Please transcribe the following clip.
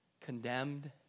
condemned